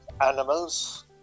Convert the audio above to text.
animals